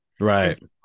Right